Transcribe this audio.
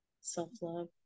self-love